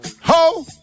Ho